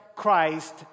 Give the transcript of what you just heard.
Christ